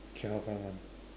cannot find one